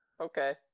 Okay